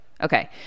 Okay